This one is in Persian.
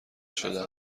شده